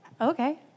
okay